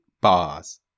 bars